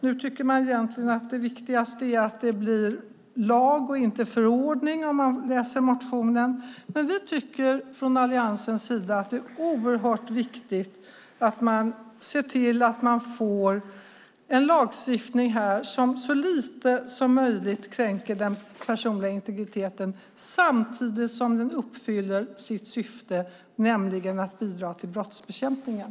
Nu tycker de att det viktigaste egentligen är att det blir en lag och inte en förordning; detta framgår om man läser motionen. Från alliansens sida tycker vi att det är oerhört viktigt att se till att vi får en lagstiftning som så lite som möjligt kränker den personliga integriteten samtidigt som den uppfyller sitt syfte, nämligen att bidra till brottsbekämpningen.